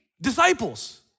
disciples